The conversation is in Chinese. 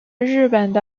日本